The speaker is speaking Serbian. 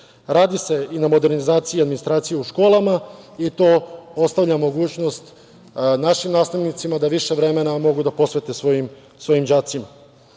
Radi se i na modernizaciji administracije u školama i to ostavlja mogućnost našim nastavnicima da više vremena mogu da posvete svojim đacima. Mnoge